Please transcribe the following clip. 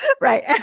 Right